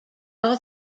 are